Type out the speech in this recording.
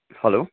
hello